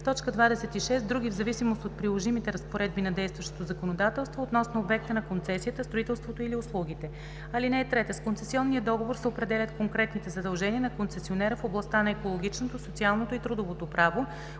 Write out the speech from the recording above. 26. други, в зависимост от приложимите разпоредби на действащото законодателство относно обекта на концесията, строителството или услугите. (3) С концесионния договор се определят конкретните задължения на концесионера в областта на екологичното, социалното и трудовото право,